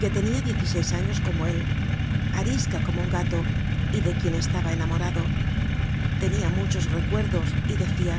que tenia diez y seis años como él arisca como un gato y de quien estaba enamorado tenia muchos recuerdos y decia